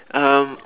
um